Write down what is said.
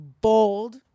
bold